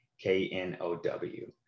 K-N-O-W